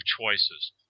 choices